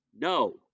No